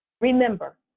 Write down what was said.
Remember